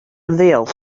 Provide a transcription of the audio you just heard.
ymddeol